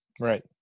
right